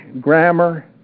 grammar